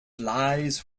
lies